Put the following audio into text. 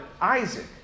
Isaac